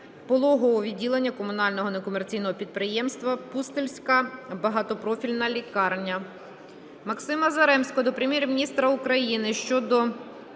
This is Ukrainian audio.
Пологового відділення Комунального некомерційного підприємства "Путильська багатопрофільна лікарня".